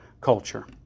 culture